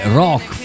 rock